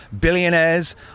Billionaires